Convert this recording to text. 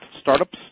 startups